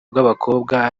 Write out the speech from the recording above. bw’abakobwa